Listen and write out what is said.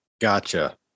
Gotcha